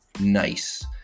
nice